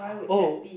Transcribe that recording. why would that be